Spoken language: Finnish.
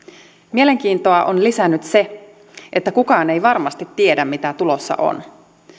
mielenkiintoa on lisännyt se että kukaan ei varmasti tiedä mitä tulossa on